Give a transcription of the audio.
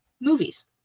movies